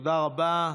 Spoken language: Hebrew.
תודה רבה.